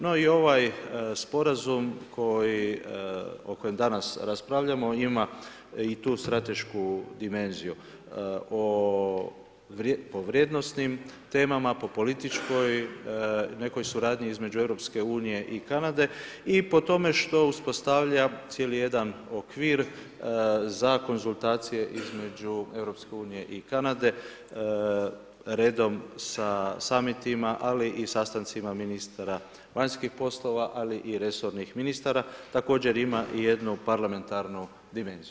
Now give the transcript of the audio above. No i ovaj sporazum o kojem danas raspravljamo ima i tu stratešku dimenziju po vrijednosnim temama po političkoj nekoj suradnji između EU i Kanade i po tome što uspostavlja cijeli jedan okvir za konzultacije između EU i Kanade redom sa summitima, ali i sastancima ministara vanjskih poslova, ali i resornih ministara, također ima i jednu parlamentu dimenziju.